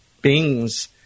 beings